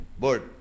Bird